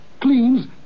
cleans